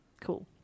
Cool